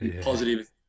Positive